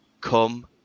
come